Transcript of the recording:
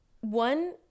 one